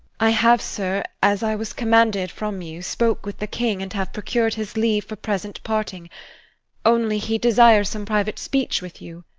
i have, sir, as i was commanded from you, spoke with the king, and have procur'd his leave for present parting only he desires some private speech with you.